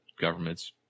government's